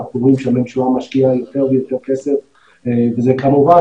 אנחנו רואים שהממשלה משקיעה יותר ויותר כסף וזה כמובן